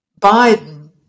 Biden